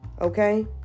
Okay